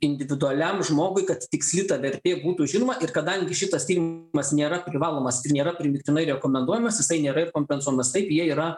individualiam žmogui kad tiksli ta vertė būtų žinoma ir kadangi šitas tyrimas nėra privalomas ir nėra primygtinai rekomenduojamas jisai nėra ir kompensuojamas taip jie yra